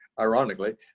ironically